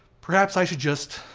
perhaps i should just